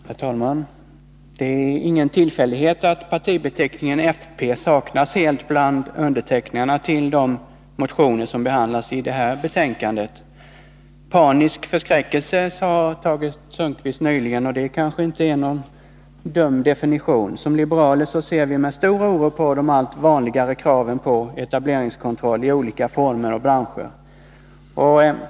Herr talman! Det är ingen tillfällighet att partibeteckningen fp saknas helt bland undertecknarna av de motioner som behandlas i det här betänkandet. ”Panisk förskräckelse” talade Tage Sundkvist om. Det kanske inte är någon dum definition. Som liberaler ser vi med stor oro på de allt vanligare kraven på etableringskontroll i olika former och branscher.